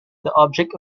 object